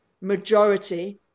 majority